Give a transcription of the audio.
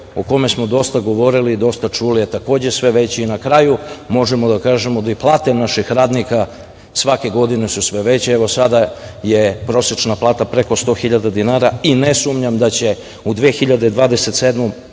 o kome smo dosta govorili i o kome smo dosta čuli je sve veći i na kraju možemo da kažemo da i plate naših radnika svake godine su sve veće, a evo sada je prosečna plata preko 100 hiljada dinara, i ne sumnjam da će u 2027.